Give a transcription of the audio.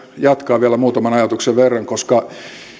jatkaa vielä muutaman ajatuksen verran koska